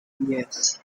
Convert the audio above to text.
yes